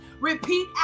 repeat